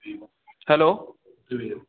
hello